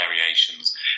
variations